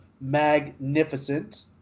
magnificent